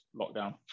lockdown